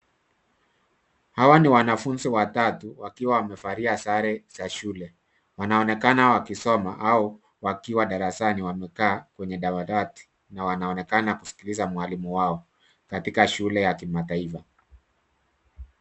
Hawa ni wanafunzi watatu wakiwa wamevalia sare za shule. Wanaonekana wakisoma au wakiwa darasani wamekaa kwenye dawati na wanaonekana kusikiliza mwalimu wao katika shule ya kimataifa.